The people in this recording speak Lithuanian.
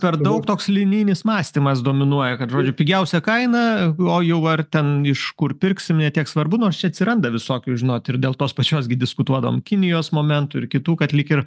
per daug toks linijinis mąstymas dominuoja kad žodžiu pigiausia kaina o jau ar ten iš kur pirksim ne tiek svarbu nors atsiranda visokių žinot ir dėl tos pačios gi diskutuodavom kinijos momentų ir kitų kad lyg ir